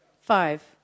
five